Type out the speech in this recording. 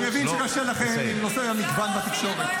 אני מבין שקשה לכם עם נושא המגוון בתקשורת.